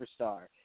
superstar